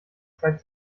zeit